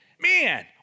Man